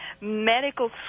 medical